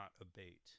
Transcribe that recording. abate